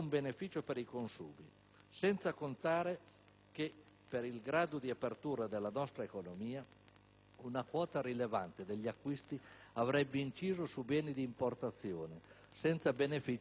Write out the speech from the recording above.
Senza contare che, per il grado di apertura della nostra economia, una quota rilevante degli acquisti avrebbe inciso sui beni di importazione, senza benefici per le aziende nazionali.